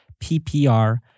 PPR